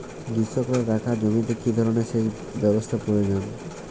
গ্রীষ্মকালে রুখা জমিতে কি ধরনের সেচ ব্যবস্থা প্রয়োজন?